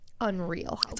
unreal